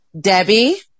Debbie